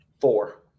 four